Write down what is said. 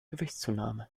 gewichtszunahme